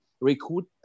Recruit